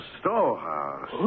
storehouse